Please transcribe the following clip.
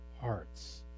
hearts